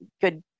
good